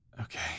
Okay